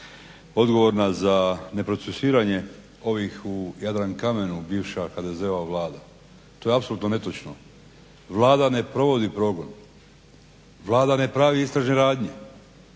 odgovorna za neprocesuiranje ovih u Jadrankamenu bivša HDZ-ova Vlada. To je apsolutno netočno. Vlada ne provodi progon, Vlada ne pravi istražne radnje.